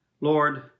Lord